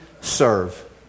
serve